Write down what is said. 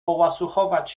połasuchować